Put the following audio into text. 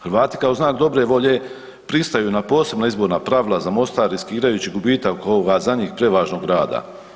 Hrvati kao znak dobre volje pristaju na posebna izborna pravila za Mostar riskirajući gubitak ovoga za njih prevažnog grada.